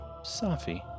Safi